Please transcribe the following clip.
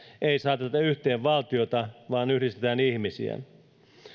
ei saateta yhteen valtioita vaan yhdistetään ihmisiä